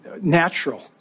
natural